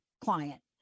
client